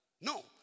No